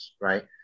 right